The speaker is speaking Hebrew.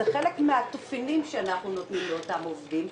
זה חלק מן התופינים שאנחנו נותנים לאותם עובדים,